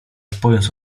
pojąc